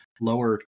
lower